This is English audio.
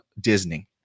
Disney